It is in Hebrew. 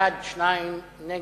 בעד, 2, נגד,